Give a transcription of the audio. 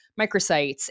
microsites